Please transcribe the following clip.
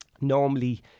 normally